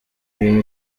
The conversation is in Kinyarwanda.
imirimo